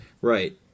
Right